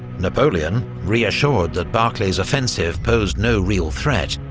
napoleon, reassured that barclay's offensive posed no real threat,